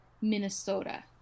Minnesota